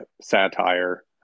satire